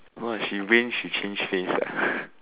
orh she rain she change face ah